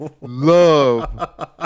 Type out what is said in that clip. love